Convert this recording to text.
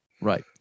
Right